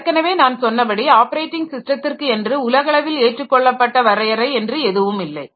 ஏற்கனவே நான் சொன்னபடி ஆப்பரேட்டிங் ஸிஸ்டத்திற்கு என்று உலகளவில் ஏற்றுக்கொள்ளப்பட்ட வரையறை என்று ஏதுமில்லை